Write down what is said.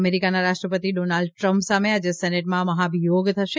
અમેરિકાના રાષ્ટ્રપતિ Donald Trump સામે આજે સેનેટમાં મહાભિયોગ થશે